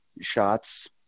shots